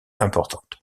importante